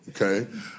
okay